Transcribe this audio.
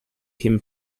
him